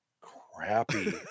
crappy